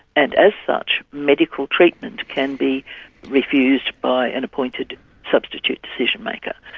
and as such medical treatment can be refused by an appointed substitute decision-maker.